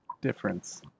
difference